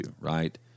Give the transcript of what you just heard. right